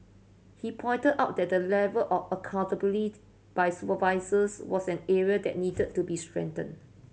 he pointed out that the level of accountabilitied by supervisors was an area that needed to be strengthen